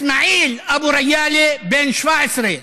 איסמעיל אבו ריאלה, בן 17,